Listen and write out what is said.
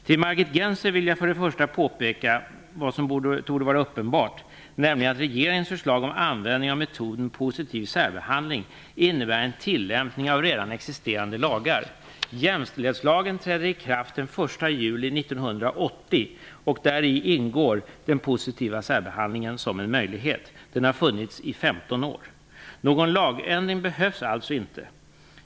Till Margit Gennser vill jag först och främst påpeka det som torde vara uppenbart, nämligen att regeringens förslag om användning av metoden positiv särbehandling innebär en tillämpning av redan existerande lagar. Jämställdhetslagen trädde i kraft den 1 juli 1980. Däri ingår den positiva särbehandlingen som en möjlighet. Den har funnits i 15 år. Någon lagändring behövs alltså inte.